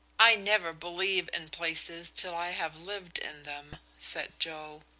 i never believe in places till i have lived in them, said joe.